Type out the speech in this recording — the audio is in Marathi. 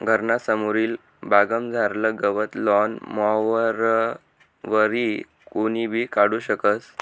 घरना समोरली बागमझारलं गवत लॉन मॉवरवरी कोणीबी काढू शकस